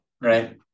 Right